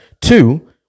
Two